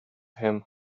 him